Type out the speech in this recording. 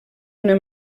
una